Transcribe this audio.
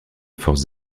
forces